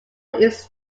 its